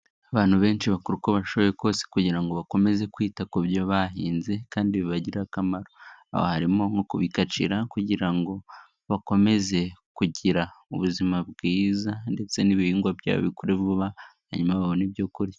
Abantu benshi bakora uko bashoboye kose kugira ngo bakomeze kwita ku byo bahinze kandi bibagi akamaro, harimo nko kubikagira kugira ngo bakomeze kugira ubuzima bwiza ndetse n'ibihingwa byabo bikure vuba hanyuma babone ibyo kurya.